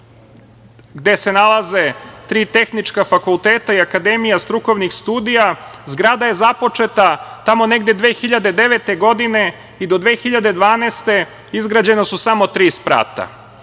gde se nalaze tri tehnička fakulteta i Akademija strukovnih studija. Zgrada je započeta tamo negde 2009. godine i do 2012. izgrađena su samo tri sprata. Od